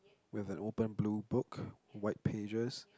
we've an open blue book white pages